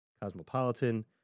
cosmopolitan